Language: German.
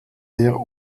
der